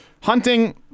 Hunting